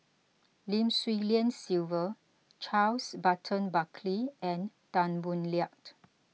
Lim Swee Lian Sylvia Charles Burton Buckley and Tan Boo Liat